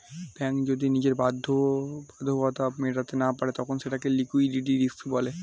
bank যদি নিজের বাধ্যবাধকতা মেটাতে না পারে তখন সেটাকে লিক্যুইডিটি রিস্ক বলে